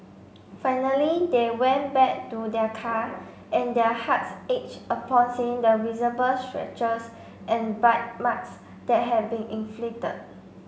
finally they went back to their car and their hearts aged upon seeing the visible scratches and bite marks that had been inflicted